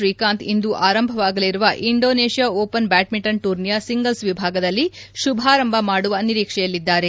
ಸಿಂಧೂ ಮತ್ತು ಕಿಡಂಬಿ ಶ್ರೀಕಾಂತ್ ಇಂದು ಆರಂಭವಾಗಲಿರುವ ಇಂಡೊನೇಷ್ಯಾ ಓಪನ್ ಬ್ಯಾಡ್ಮಿಂಟನ್ ಟೂರ್ನಿಯ ಸಿಂಗಲ್ಸ್ ವಿಭಾಗದಲ್ಲಿ ಶುಭಾರಂಭ ಮಾಡುವ ನಿರೀಕ್ಷೆಯಲ್ಲಿದ್ದಾರೆ